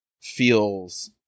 feels